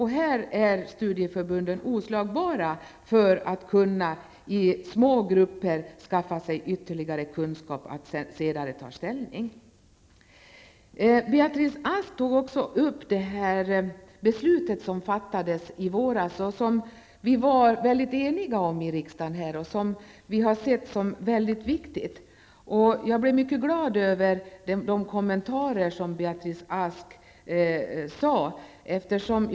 Här är studieförbunden oslagbara -- i små grupper ges ytterligare kunskap så att man sedan kan ta ställning i frågan. Beatrice Ask tog upp frågan om det beslut som fattades i våras. Vi var eniga i riksdagen om det beslutet och ansåg att det var viktigt. Jag blev glad över vad Beatrice Ask sade om beslutet.